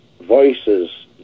voices